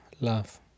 love